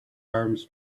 arms